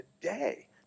today